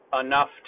enough